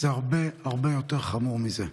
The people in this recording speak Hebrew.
זה הרבה יותר חמור מזה.